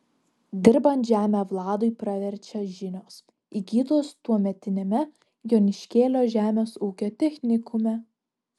dirbant žemę vladui praverčia žinios įgytos tuometiniame joniškėlio žemės ūkio technikume